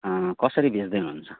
कसरी बेच्दै हुनुहुन्छ